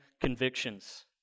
convictions